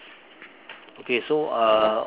okay so uh